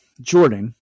Jordan